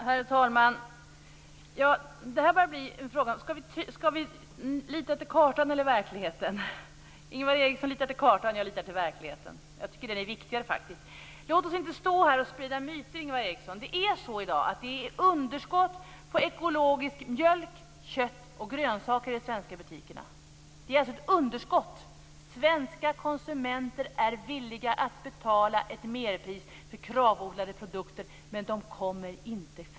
Herr talman! Detta börjar bli en fråga om huruvida vi skall lita till kartan eller till verkligheten. Ingvar Eriksson litar till kartan; jag litar till verkligheten. Jag tycker faktiskt att den är viktigare. Låt oss inte stå här och sprida myter, Ingvar Eriksson. Det är så i dag att det är underskott på ekologisk mat - mjölk, kött och grönsaker - i de svenska butikerna. Det är alltså ett underskott. Svenska konsumenter är villiga att betala ett merpris för Kravodlade produkter, men de kommer inte fram.